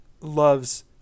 loves